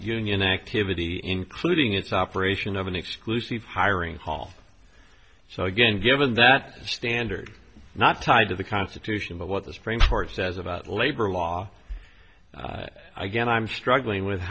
union activity including its operation of an exclusive hiring hall so again given that standard not tied to the constitution but what the supreme court says about labor law again i'm struggling with